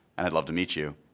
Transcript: and i'd love to meet you.